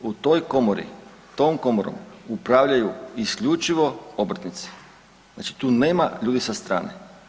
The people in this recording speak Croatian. U toj komori, tom komorom upravljaju isključivo obrtnici, znači tu nema ljudi sa strane.